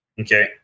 Okay